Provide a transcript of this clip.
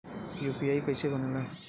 UPI कईसे बनेला?